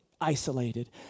isolated